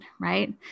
right